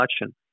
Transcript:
election